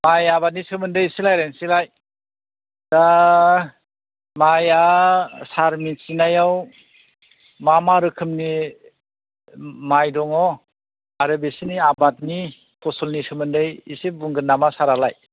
माय आबादनि सोमोन्दै एसे रालायसैलाय दा माइया सार मिथिनायाव मा मा रोखोमनि माइ दङ आरो बिसिनि आबादनि फसलनि सोमोन्दै एसे बुंगोन नामा सारालाय